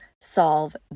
solve